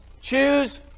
Choose